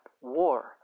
war